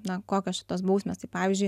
na kokios čia tos bausmės tai pavyzdžiui